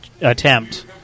attempt